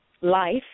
life